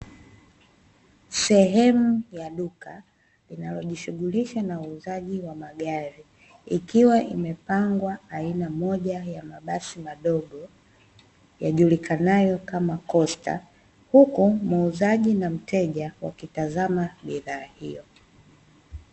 Sehemu ya duka linalojishughulisha na uuzaji wa magari, ikiwa imepangwa aina moja ya mabasi madogo yajulikanayo kama kosta. Huku muuzaji na mteja wakitazama bidhaa hiyo.